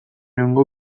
egungo